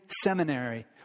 Seminary